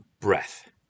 breath